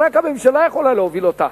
ורק הממשלה יכולה להוביל אותה